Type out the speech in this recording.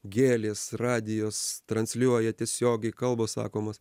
gėlės radijas transliuoja tiesiogiai kalbos sakomos